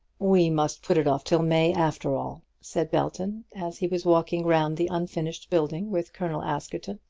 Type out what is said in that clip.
we must put it off till may, after all, said belton, as he was walking round the unfinished building with colonel askerton.